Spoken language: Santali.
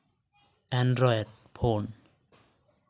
Android phone